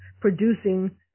producing